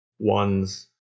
one's